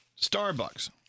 Starbucks